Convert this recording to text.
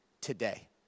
today